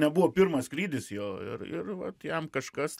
nebuvo pirmas skrydis jo ir ir vat jam kažkas